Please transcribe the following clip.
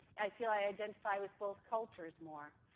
i feel i identify with both cultures more,